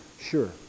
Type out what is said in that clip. Sure